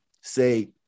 say